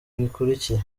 bikurikira